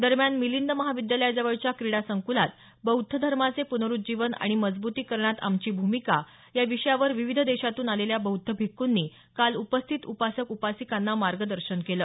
दरम्यान मिलिंद महाविद्यालयाजवळच्या क्रीडा संकुलात बौध्द धर्माचे पुनरूज्जीवन आणि मजबुतीकरणात आमची भूमिका या विषयावर विविध देशातून आलेल्या बौध्द भिक्खूंनी काल उपस्थित उपासक उपासिकांना मार्गदर्शन केलं